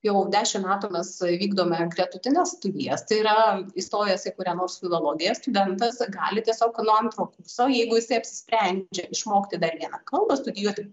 jau dešim metų mes vykdome gretutines studijas tai yra įstojęs į kurią nors filologiją studentas gali tiesiog nuo antro kurso jeigu jisai apsisprendžia išmokti dar vieną kalbą studijuoti